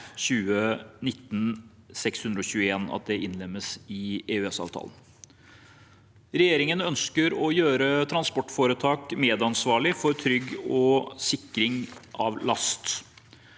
2019/621 innlemmes i EØS-avtalen. Regjeringen ønsker å gjøre transportforetak medansvarlige for trygg sikring av last.